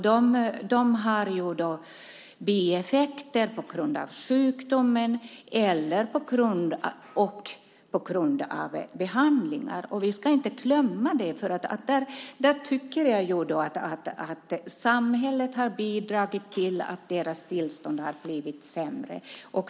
De har fått bieffekter på grund av sjukdomen eller på grund av behandlingar. Vi ska inte glömma det. Jag tycker att samhället har bidragit till att deras tillstånd har blivit sämre.